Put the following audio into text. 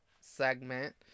segment